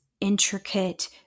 intricate